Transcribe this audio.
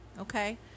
Okay